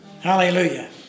Hallelujah